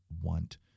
Want